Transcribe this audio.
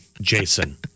Jason